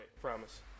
promise